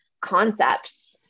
concepts